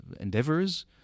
endeavors